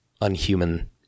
unhuman